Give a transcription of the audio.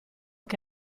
che